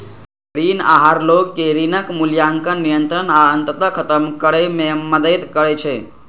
ऋण आहार लोग कें ऋणक मूल्यांकन, नियंत्रण आ अंततः खत्म करै मे मदति करै छै